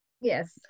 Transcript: Yes